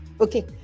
Okay